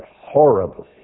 horribly